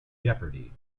jeopardy